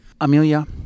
Amelia